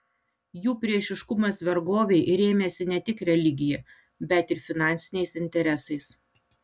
jų priešiškumas vergovei rėmėsi ne tik religija bet ir finansiniais interesais